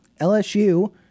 LSU